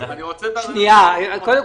עברה